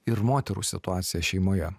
ir moterų situaciją šeimoje